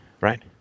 right